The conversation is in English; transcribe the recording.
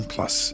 Plus